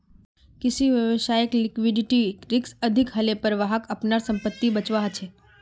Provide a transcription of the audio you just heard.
किसी व्यवसायत लिक्विडिटी रिक्स अधिक हलेपर वहाक अपनार संपत्ति बेचवा ह छ